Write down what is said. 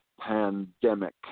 pandemic